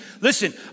Listen